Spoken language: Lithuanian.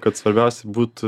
kad svarbiausia būt